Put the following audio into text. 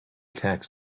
tax